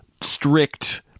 strict